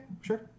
sure